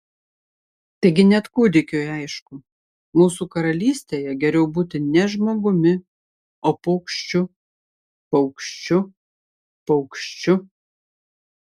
taigi net kūdikiui aišku mūsų karalystėje geriau būti ne žmogumi o paukščiu paukščiu paukščiu